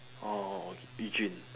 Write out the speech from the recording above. orh Yu Jun